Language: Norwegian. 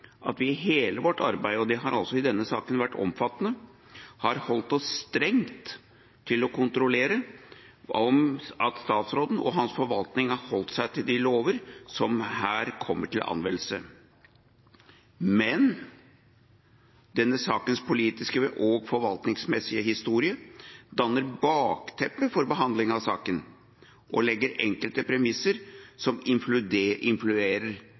at vi i hele vårt arbeid – og det har altså i denne saken vært omfattende – har holdt oss strengt til å kontrollere om statsråden og hans forvaltning har holdt seg til de lover som her kommer til anvendelse. Men denne sakens politiske og forvaltningsmessige historie danner bakteppe for behandlingen av saken og legger enkelte premisser som influerer